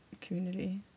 community